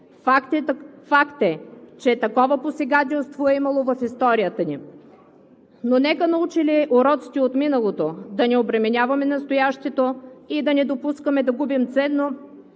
Факт е, че такова посегателство е имало в историята ни. Но нека, научили уроците от миналото, да не обременяваме настоящето и да не допускаме да губим ценно